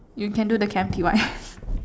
you can do the Chem T_Y